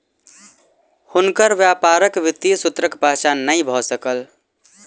हुनकर व्यापारक वित्तीय सूत्रक पहचान नै भ सकल